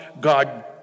God